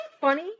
funny